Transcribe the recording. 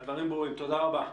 תודה רבה.